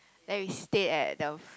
then we stayed at the